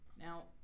Now